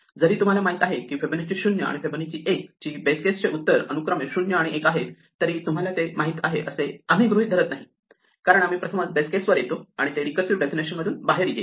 जरी आम्हाला माहित आहे की फिबोनाची 0 आणि फिबोनाची 1 ची बेस केस चे उत्तर अनुक्रमे 0 आणि 1 आहेत तरी तुम्हाला ते माहित आहे असे आम्ही गृहीत धरत नाही कारण आम्ही प्रथमच बेस केस वर येतो तेव्हा ते रिकर्सिव डेफिनेशन मधून बाहेर येईल